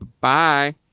Bye